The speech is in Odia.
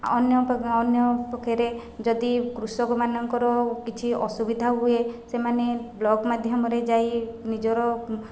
ଅନ୍ୟ ଅନ୍ୟ ପକ୍ଷରେ ଯଦି କୃଷକ ମାନଙ୍କର କିଛି ଅସୁବିଧା ହୁଏ ସେମାନେ ବ୍ଲକ୍ ମାଧ୍ୟମ ରେ ଯାଇ ନିଜର